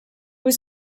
was